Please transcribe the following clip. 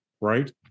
Right